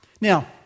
Now